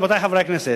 רבותי חברי הכנסת,